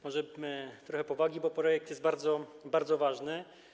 Może trochę powagi, bo projekt jest bardzo, bardzo ważny.